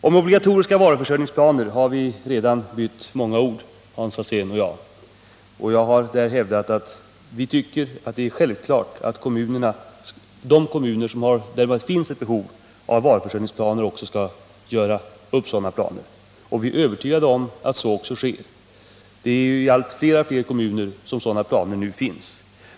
Om obligatoriska varuförsörjningsplaner har Hans Alsén och jag redan bytt många ord. Jag har hävdat att vi tycker det är självklart att de kommuner som har ett behov av varuförsörjningsplaner också skall göra upp sådana planer. Vi är övertygade om att så också sker. I allt fler kommuner finns sådana planer.